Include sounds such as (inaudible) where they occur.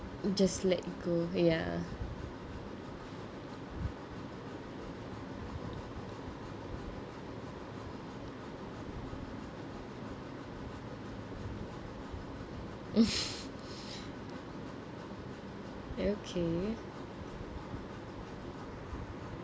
just let it go ya (laughs) okay